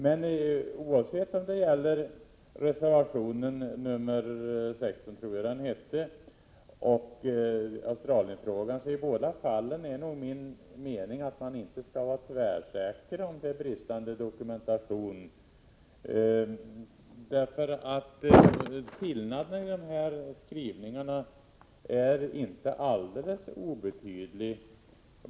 Men oavsett om det gäller reservation 16 eller Australienfrågan är min mening den, att man inte skall vara tvärsäker om det föreligger bristande dokumentation. Skillnaden i skrivningarna är inte alldeles obetydlig.